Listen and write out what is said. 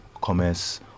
commerce